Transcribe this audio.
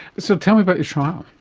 so tell me about the trial.